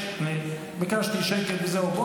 ביקשתי שקט וזהו.